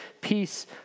peace